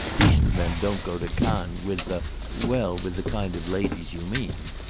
decent men don't go to cannes with the well, with the kind of ladies you mean.